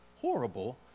horrible